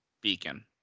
beacon